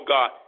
God